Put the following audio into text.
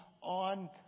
on